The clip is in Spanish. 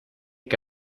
que